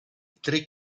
tre